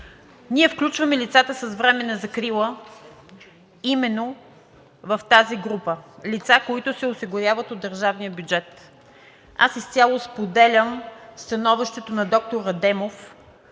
Ние включваме лицата с временна закрила именно в тази група: лица, които се осигуряват от държавния бюджет. Аз изцяло споделям становището на доктор Адемов,